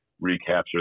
recapture